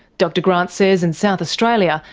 dr grant says in south australia,